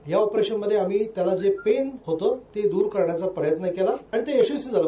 ह्या ऑपरेशमध्ये त्याला जे पेव होतं ते दूर करण्याचा प्रयत्व केला आणि ते यशस्वी झालं